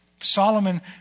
Solomon